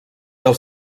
els